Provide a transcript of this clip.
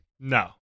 No